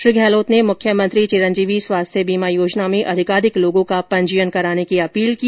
श्री गहलोत ने मुख्यमंत्री चिरंजीवी स्वास्थ्य बीमा योजना में अधिकाधिक लोगों का पंजीयन कराने की अपील की